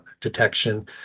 detection